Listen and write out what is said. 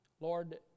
Lord